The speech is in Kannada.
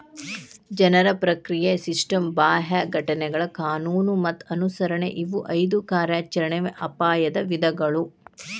ಜನರ ಪ್ರಕ್ರಿಯೆಯ ಸಿಸ್ಟಮ್ ಬಾಹ್ಯ ಘಟನೆಗಳ ಕಾನೂನು ಮತ್ತ ಅನುಸರಣೆ ಇವು ಐದು ಕಾರ್ಯಾಚರಣೆಯ ಅಪಾಯದ ವಿಧಗಳು